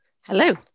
Hello